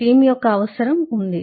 team యొక్క అవసరం ఉంది